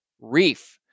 reef